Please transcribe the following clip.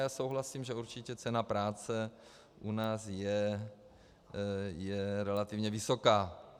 Já souhlasím, že určitě cena práce u nás je relativně vysoká.